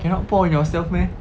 cannot pour on yourself meh